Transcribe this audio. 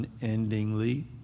unendingly